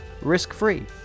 risk-free